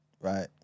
Right